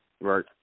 Right